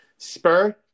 Spur